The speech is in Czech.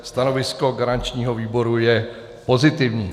Stanovisko garančního výboru je pozitivní.